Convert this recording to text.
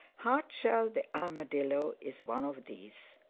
hardshell the armadillo is one of these.